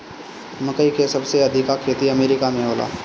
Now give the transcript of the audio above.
मकई के सबसे अधिका खेती अमेरिका में होला